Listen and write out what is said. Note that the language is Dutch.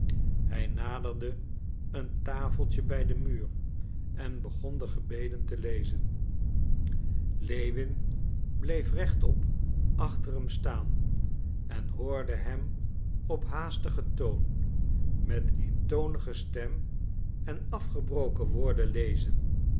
hij naderde een tafeltje bij den muur en begon de gebeden te lezen lewin bleef rechtop achter hem staan en hoorde hem op haastigen toon met eentonige stem en afgebroken woorden lezen